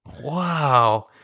Wow